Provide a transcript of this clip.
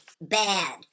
bad